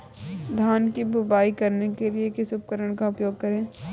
धान की बुवाई करने के लिए किस उपकरण का उपयोग करें?